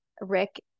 Rick